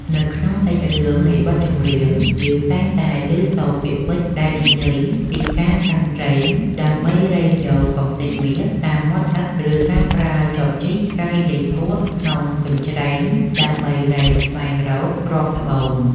នៅក្នុងសាច់រឿងនៃបទចម្រៀង យើងតែងតែឮសូរពាក្យពេចន៍ដែលនិយាយពីការកាន់រែង ដើម្បីរែងយកកំទេចមាសតាមមាត់ទឹក ឬការប្រើ ចបជីក កាយដីភក់ដាក់ក្នុងកញ្ច្រែង ដើម្បីរែងស្វែងរកគ្រាប់ត្បូង។